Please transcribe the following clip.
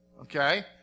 okay